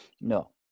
no